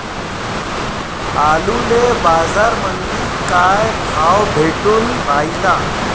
आलूले बाजारामंदी काय भाव भेटून रायला?